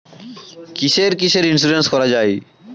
কিসের কিসের ইন্সুরেন্স করা যায়?